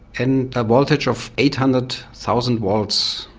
and a voltage of eight hundred thousand volts.